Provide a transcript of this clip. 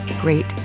great